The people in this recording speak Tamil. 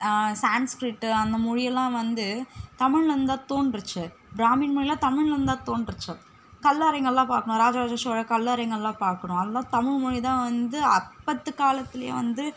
சான்ஸ்கிரிட்டு அந்த மொழியெல்லாம் வந்து தமிழ்லேருந்து தான் தோன்றுச்சு பிராமின் மொழியெலாம் தமிழ்லேருந்து தான் தோன்றுச்சு கல்லறைங்கள்லாம் பார்க்கணும் ராஜராஜ சோழ கல்லறைங்கள்லாம் பார்க்கணும் அதெலாம் தமிழ்மொழி தான் வந்து அப்பத்து காலத்திலையே வந்து